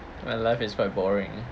my life is quite boring